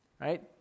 Right